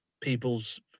people's